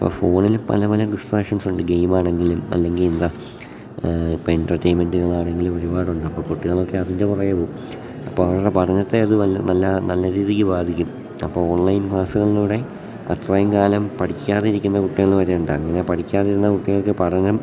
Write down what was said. അപ്പം ഫോണിൽ പല പല ഡിസ്ട്രാക്ഷൻസ് ഉണ്ട് ഗെയിം ആണെങ്കിലും അല്ലെങ്കിൽ എന്താ ഇപ്പം എൻറ്റർടെയ്ൻമെൻറ്റുകളാണെങ്കിലും ഒരുപാടുണ്ട് അപ്പം കുട്ടികളൊക്കെ അതിൻ്റെ പുറകെ പോകും അപ്പം അവരുടെ പഠനത്തെ അത് നല്ല നല്ല രീതിക്ക് ബാധിക്കും അപ്പം ഓൺലൈൻ ക്ലാസ്സുകളിലൂടെ അത്രയും കാലം പഠിക്കാതെ ഇരിക്കുന്ന കുട്ടികൾ വരെയുണ്ട് അങ്ങനെ പഠിക്കാതിരുന്ന കുട്ടികൾക്ക് പഠനം